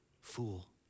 fool